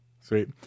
sweet